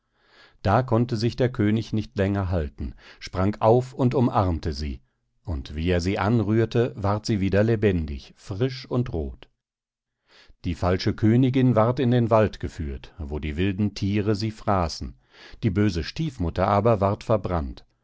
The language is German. da konnte sich der könig nicht länger halten sprang auf und umarmte sie und wie er sie anrührte ward sie wieder lebendig frisch und roth die falsche königin ward in den wald geführt wo die wilden thiere sie fraßen die böse stiefmutter aber ward verbrannt